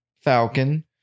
Falcon